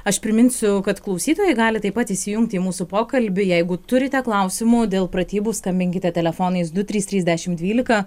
aš priminsiu kad klausytojai gali taip pat įsijungti į mūsų pokalbį jeigu turite klausimų dėl pratybų skambinkite telefonais du trys trys dešim dvylika